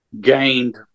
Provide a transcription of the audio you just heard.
gained